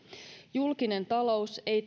julkinen talous ei